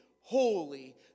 holy